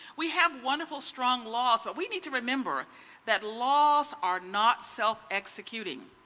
we have wonderful, strong loss, but we need to remember that laws are not self executing.